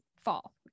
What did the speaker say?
fall